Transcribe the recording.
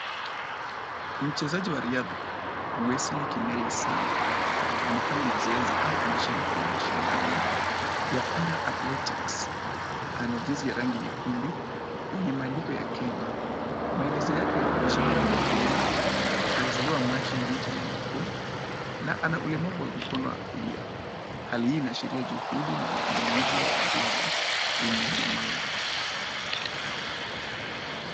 Mchezaji wa riadha, Wesly Kimeli Sung, anafanya mazoezi au anashiriki kwenye mashindano ya Para athletics. Ana jezi ya rangi nyekundu yenye maandiko ya Kenya, Maelexo yake yanaonyesha kuwa ni mkenya ,alizaliwa Machi 1994, na ana ulemavu wa mkono wa kulia. Hali hii inaashiria juhudi na uvumilivu wa wanariadha yenye ulemavu.